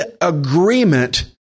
agreement